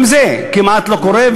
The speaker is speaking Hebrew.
גם זה כמעט לא קורה,